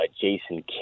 Jason